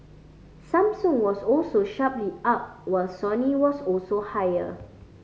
Samsung was also sharply up while Sony was also higher